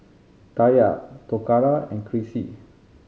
Taya Toccara and Crissie